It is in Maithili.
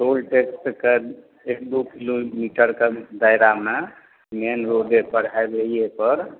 टोल टेक्स कऽ एक दू किलोमीटर कऽ दायरामे मेन रोडे पर हाइवेए पर